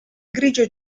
grigio